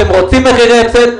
אתם רוצים מחירי הפסד,